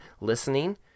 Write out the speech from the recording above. listening